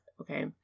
okay